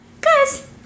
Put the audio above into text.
Guys